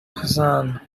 hassan